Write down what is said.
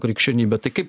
krikščionybė tai kaip